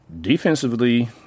Defensively